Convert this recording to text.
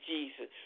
Jesus